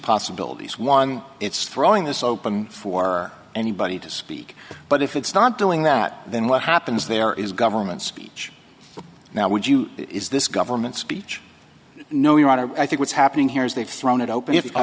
possibilities one it's throwing this open for anybody to speak but if it's not doing that then what happens there is government speech now would you is this government speech no you're right i think what's happening here is they've thrown it o